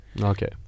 Okay